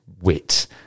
wit